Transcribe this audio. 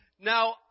Now